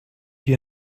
you